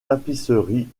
tapisserie